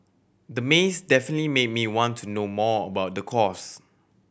the maze definitely made me want to know more about the course